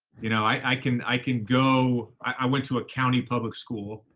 you know, i can, i can go i went to a county public school.